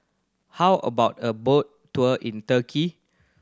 how about a boat tour in Turkey